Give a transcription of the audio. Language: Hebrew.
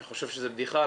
אני חושב שזה בדיחה,